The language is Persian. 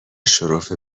شرف